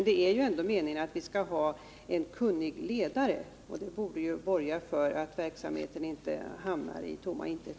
Det är ju ändå meningen att det skall finnas en kunnig ledare, och det borde borga för att verksamheten inte hamnar i tomma intet.